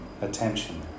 attention